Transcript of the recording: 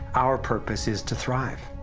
our purpose is to thrive.